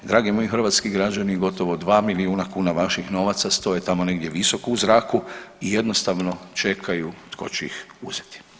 Dragi moji hrvatski građani gotovo 2 milijuna kuna vaših novaca stoje tamo negdje visoko u zraku i jednostavno čekaju tko će ih uzeti.